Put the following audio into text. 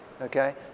Okay